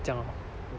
这样哦